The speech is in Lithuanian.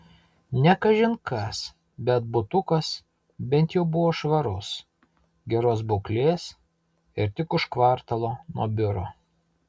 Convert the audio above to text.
ne kažin kas bet butukas bent jau buvo švarus geros būklės ir tik už kvartalo nuo biuro